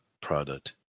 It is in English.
product